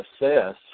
assess